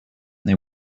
they